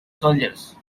soldiers